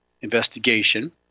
investigation